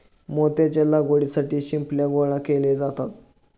मोत्याच्या लागवडीसाठी शिंपल्या गोळा केले जातात